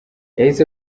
yahise